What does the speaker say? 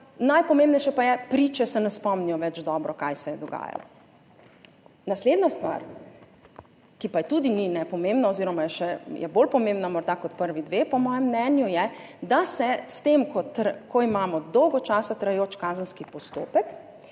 najpomembnejše pa je, priče se ne spomnijo več dobro, kaj se je dogajalo. Naslednja stvar, ki tudi ni nepomembna oziroma je po mojem mnenju morda še bolj pomembno kot prvi dve, je, da se s tem, ko imamo dolgo časa trajajoč kazenski postopek,